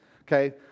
okay